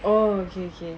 or J_J